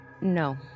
No